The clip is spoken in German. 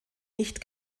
nicht